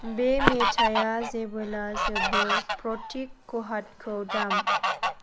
बे मेथाइआ जेबोला जोबो प्रटिक कुहादखौ दाम